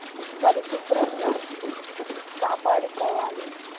పరిశుభ్రంగా కాపాడుకోవాలి